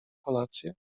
kolację